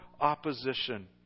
opposition